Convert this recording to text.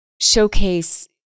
showcase